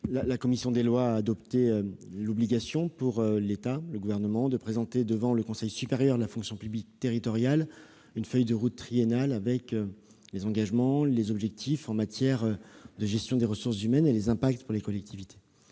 la commission des lois impose au Gouvernement de présenter devant le Conseil supérieur de la fonction publique territoriale une feuille de route triennale comportant les engagements, les objectifs en matière de gestion des ressources humaines et leurs conséquences pour les collectivités.